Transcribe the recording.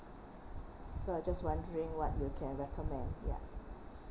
so I just wondering what you can recommend ya